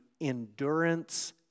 endurance